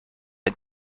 ein